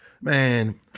man